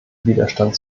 widerstand